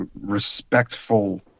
respectful